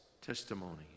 testimony